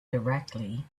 directly